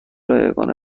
رایگان